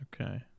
Okay